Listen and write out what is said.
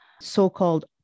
so-called